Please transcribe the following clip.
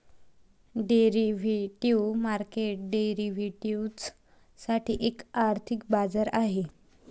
derivative market derivatives साठी एक आर्थिक बाजार आहे